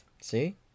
See